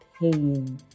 pain